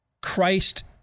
Christ